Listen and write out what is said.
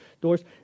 doors